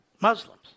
Muslims